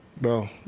Bro